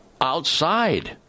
outside